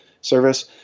service